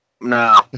No